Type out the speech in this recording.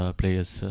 players